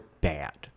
bad